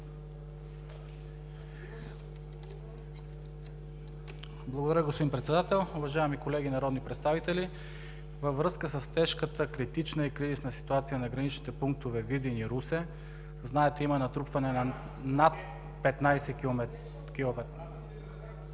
Благодаря, господин Председател. Уважаеми колеги народни представители, във връзка с тежката, критична и кризисна ситуация на граничните пунктове Видин и Русе – знаете, има натрупване над 15